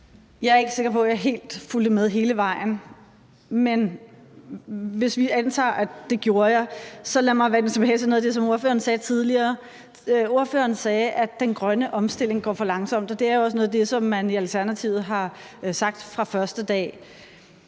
Jeg er ikke helt sikker på, at jeg fulgte med hele vejen. Men hvis vi antager, at det gjorde jeg, så lad mig vende tilbage til noget af det, som ordføreren sagde tidligere. Ordføreren sagde, at den grønne omstilling går for langsomt, og det er også noget af det, som man i Alternativet har sagt fra første dag.